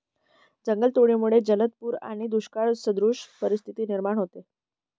जंगलतोडीमुळे जलद पूर आणि दुष्काळसदृश परिस्थिती निर्माण होते